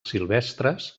silvestres